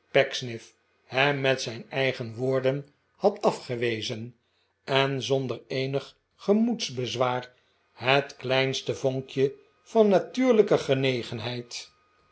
pecksniff hem met zijn eigen woorden had afgewezen en zonder eenig gemoedsbezwaar het kleinste vonkje van natuurlijke genegenheid